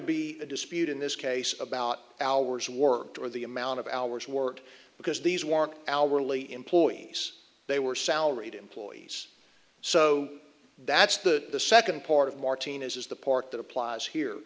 be a dispute in this case about hours worked or the amount of hours worked because these work hourly employees they were salaried employees so that's the second part of martinez's the part that applies here